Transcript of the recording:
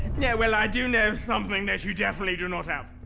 yeah, well, i do know something that you definitely do not have.